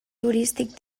turístic